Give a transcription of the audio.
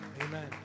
Amen